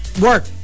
work